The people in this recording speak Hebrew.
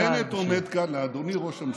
בנט עומד כאן, לאדוני היושב-ראש,